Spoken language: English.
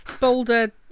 boulder